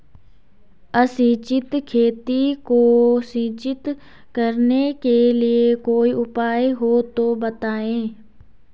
असिंचित खेती को सिंचित करने के लिए कोई उपाय हो तो बताएं?